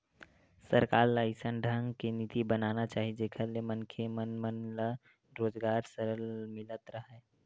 सरकार ल अइसन ढंग के नीति बनाना चाही जेखर ले मनखे मन मन ल रोजगार सरलग मिलत राहय